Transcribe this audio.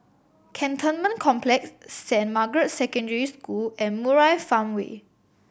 Cantonment Complex Saint Margaret's Secondary School and Murai Farmway